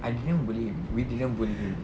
I didn't bully we didn't bully him